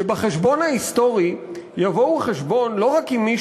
שבחשבון ההיסטורי יבואו חשבון לא רק עם מי